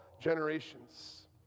generations